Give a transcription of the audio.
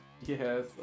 Yes